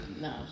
no